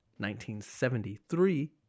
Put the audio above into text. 1973